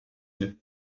pneus